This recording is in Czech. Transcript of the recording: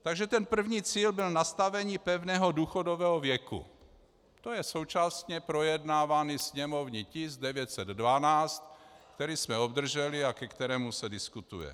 Takže ten první cíl byl nastavení pevného důchodového věku, to je současně projednávaný sněmovní tisk 912, který jsme obdrželi a ke kterému se diskutuje.